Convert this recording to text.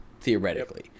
theoretically